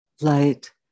light